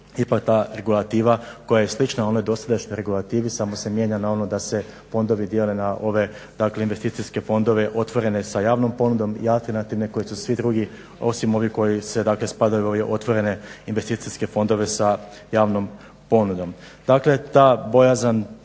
ipak ta regulativa koja je slična onoj dosadašnjoj regulativi samo se mijenja na oni da se fondovi dijele na investicijske fondove otvorene sa javnom ponudom i alternativne koji su svi drugi osim ovih koji spadaju u otvorene investicijske fondove sa javnom ponudom. Dakle, ta bojazan